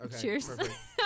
Cheers